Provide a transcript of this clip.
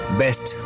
best